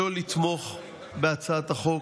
לא לתמוך בהצעת החוק.